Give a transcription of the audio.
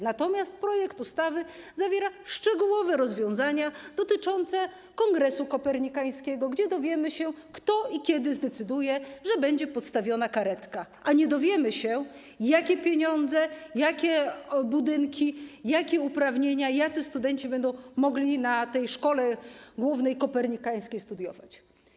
Natomiast projekt ustawy zawiera szczegółowe rozwiązania dotyczące kongresu kopernikańskiego, gdzie dowiemy się, kto i kiedy zdecyduje, że będzie podstawiona karetka, a nie dowiemy się, jakie pieniądze, jakie budynki, jakie uprawnienia, jacy studenci będą mogli w tej szkole głównej kopernikańskiej studiować.